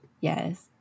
Yes